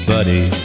Buddy